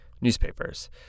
newspapers